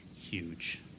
huge